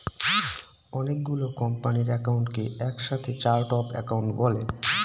অনেকগুলো কোম্পানির একাউন্টকে এক সাথে চার্ট অফ একাউন্ট বলে